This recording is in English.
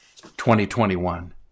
2021